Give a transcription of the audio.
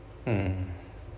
mm